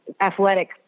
athletic